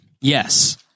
Yes